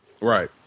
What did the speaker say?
Right